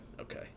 Okay